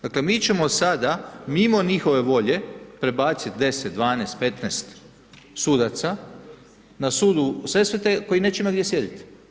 Dakle mi ćemo sad mimo njihove volje prebaciti 10, 12, 15 sudaca na sud u Sesvete koji neće imati gdje sjediti.